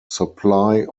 supply